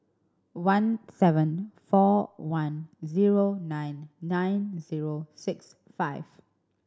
one seven four one zero nine nine zero six five